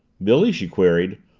billy, she queried,